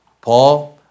Paul